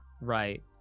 right